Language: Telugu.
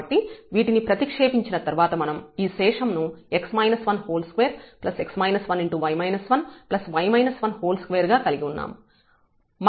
కాబట్టి వీటిని ప్రతిక్షేపించిన తరువాత మనం ఈ శేషం ను 2 2 గా కలిగి ఉంటాము